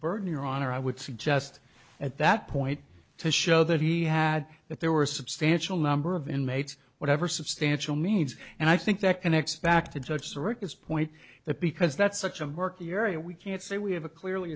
burden your honor i would suggest at that point to show that he had that there were a substantial number of inmates whatever substantial means and i think that connects back to judge circus point that because that's such a murky area we can't say we have a clearly